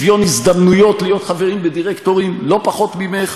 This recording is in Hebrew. אני רוצה שוויון הזדמנויות למינוי לדירקטוריונים לא פחות ממך.